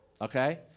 Okay